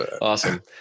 Awesome